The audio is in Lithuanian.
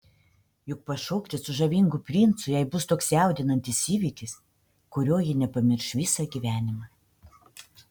juk pašokti su žavingu princu jai bus toks jaudinantis įvykis kurio ji nepamirš visą gyvenimą